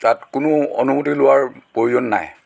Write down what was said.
তাত কোনো অনুমতি লোৱাৰ প্ৰয়োজন নাই